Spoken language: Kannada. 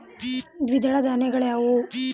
ದ್ವಿದಳ ಧಾನ್ಯಗಳಾವುವು?